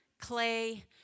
clay